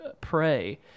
pray